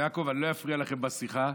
יעקב, אני לא אפריע לכם בשיחה.